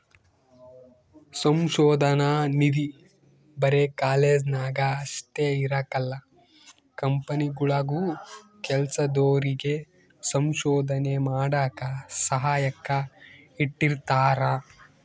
ಸಂಶೋಧನಾ ನಿಧಿ ಬರೆ ಕಾಲೇಜ್ನಾಗ ಅಷ್ಟೇ ಇರಕಲ್ಲ ಕಂಪನಿಗುಳಾಗೂ ಕೆಲ್ಸದೋರಿಗೆ ಸಂಶೋಧನೆ ಮಾಡಾಕ ಸಹಾಯಕ್ಕ ಇಟ್ಟಿರ್ತಾರ